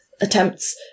attempts